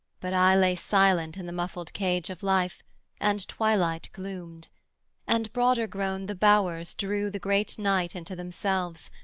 but i lay silent in the muffled cage of life and twilight gloomed and broader-grown the bowers drew the great night into themselves,